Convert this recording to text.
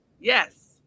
Yes